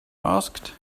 asked